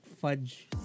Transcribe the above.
fudge